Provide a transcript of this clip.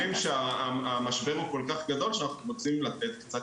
אנחנו אומרים שהמשבר הוא כל כך גדול שאנחנו רוצים לתת קצת